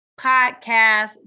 podcast